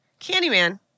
candyman